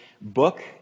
book